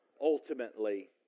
ultimately